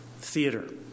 theater